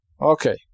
okay